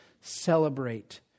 celebrate